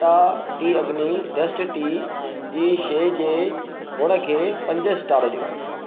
Tata tea Agni dust tea जी शइ जे गुण खे पंज स्टार ॾियो